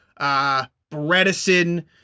Bredesen